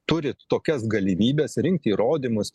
turite tokias galimybes rinkti įrodymus